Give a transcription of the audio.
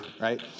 right